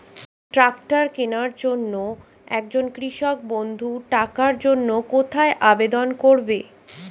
Tractor কিনার জন্য একজন কৃষক বন্ধু টাকার জন্য কোথায় আবেদন করবে?